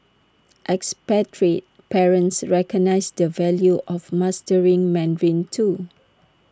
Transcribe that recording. expatriate parents recognise the value of mastering Mandarin too